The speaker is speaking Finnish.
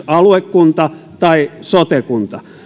aluekunta tai sote kunta